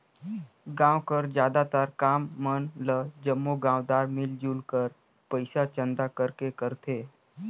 गाँव कर जादातर काम मन ल जम्मो गाँवदार मिलजुल कर पइसा चंदा करके करथे